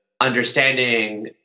Understanding